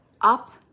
up